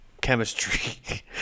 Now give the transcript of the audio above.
chemistry